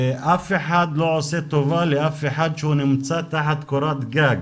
אף אחד לא עושה טובה לאף אחד שהוא נמצא תחת קורת גג.